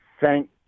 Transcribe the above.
thank